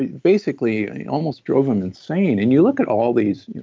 basically almost drove him insane. and you look at all these